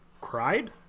cried